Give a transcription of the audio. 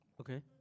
Okay